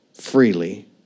freely